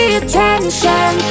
attention